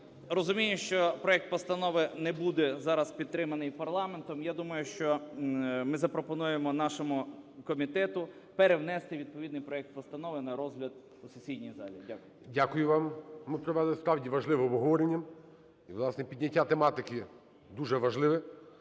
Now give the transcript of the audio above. розумію, що проект постанови не буде зараз підтриманий парламентом, я думаю, що ми запропонуємо нашому комітету перенести відповідний проект постанови на розгляд у сесійній залі. Дякую. ГОЛОВУЮЧИЙ. Дякую вам. Ми провели справді важливе обговорення, власне, підняття тематики дуже важливе,